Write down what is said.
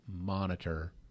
monitor